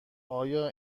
آیا